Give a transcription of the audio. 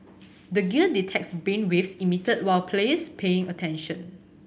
the gear detects brainwaves emitted while player is paying attention